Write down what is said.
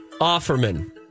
Offerman